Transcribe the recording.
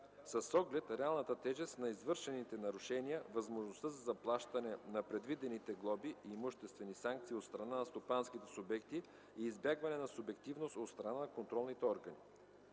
с оглед реалната тежест на извършваните нарушения, възможността за заплащане на предвидените глоби/имуществени санкции от страна на стопанските субекти и избягване на субективност от страна на контролните органи.